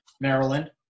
Maryland